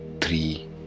three